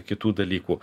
kitų dalykų